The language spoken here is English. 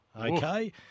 okay